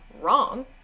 wrong